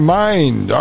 mind